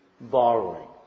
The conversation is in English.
Borrowing